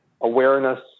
awareness